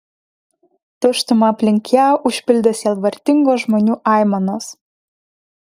tuštumą aplink ją užpildė sielvartingos žmonių aimanos